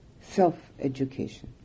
self-education